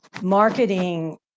marketing